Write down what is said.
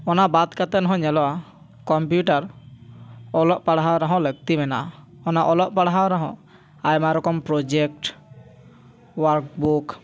ᱚᱱᱟ ᱵᱟᱫ ᱠᱟᱛᱮ ᱦᱚᱸ ᱧᱮᱞᱚᱜᱼᱟ ᱠᱚᱢᱯᱤᱭᱩᱴᱟᱨ ᱚᱞᱚᱜ ᱯᱟᱲᱦᱟᱣ ᱨᱮᱦᱚᱸ ᱞᱟᱹᱠᱛᱤ ᱢᱮᱱᱟᱜᱼᱟ ᱚᱱᱟ ᱚᱞᱚᱜ ᱯᱟᱲᱦᱟᱣ ᱨᱮᱦᱚᱸ ᱟᱭᱢᱟ ᱨᱚᱠᱚᱢ ᱯᱨᱚᱡᱮᱠᱴ ᱳᱣᱟᱨᱠ ᱵᱩᱠ